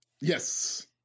Yes